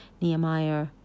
Nehemiah